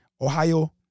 Ohio